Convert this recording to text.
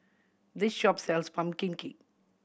this shop sells pumpkin cake